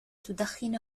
تدخن